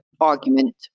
argument